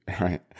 right